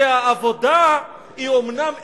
כשהעבודה היא אומנם ערך,